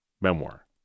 memoir